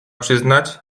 przyznać